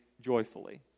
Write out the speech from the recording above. joyfully